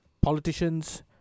politicians